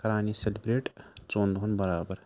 کَران یہِ سٮ۪لِبریٹ ژۄن دۄہَن برابر